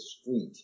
street